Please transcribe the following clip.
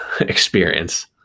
experience